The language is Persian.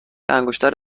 انگشتر